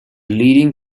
leading